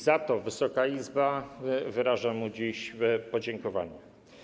Za to Wysoka Izba wyraża mu dziś podziękowanie.